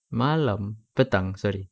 malam petang sorry